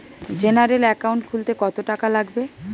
General account খুলতে কত টাকা লাগবে?